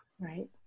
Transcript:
right